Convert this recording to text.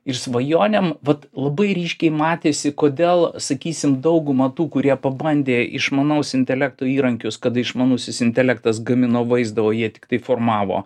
ir svajonėm vat labai ryškiai matėsi kodėl sakysim dauguma tų kurie pabandė išmanaus intelekto įrankius kad išmanusis intelektas gamino vaizdą o jie tiktai formavo